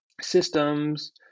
systems